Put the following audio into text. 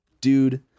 Dude